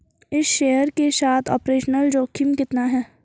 इस शेयर के साथ ऑपरेशनल जोखिम कितना है?